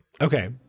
Okay